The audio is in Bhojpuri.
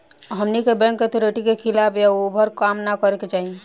हमनी के बैंक अथॉरिटी के खिलाफ या ओभर काम न करे के चाही